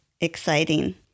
exciting